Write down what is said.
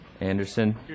Anderson